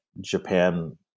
Japan